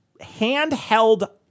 handheld